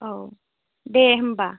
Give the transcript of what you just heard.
औ दे होम्बा